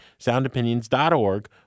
soundopinions.org